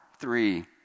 three